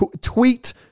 tweet